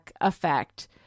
effect